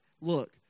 look